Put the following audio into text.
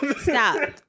stop